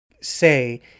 say